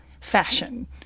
fashion